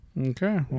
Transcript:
Okay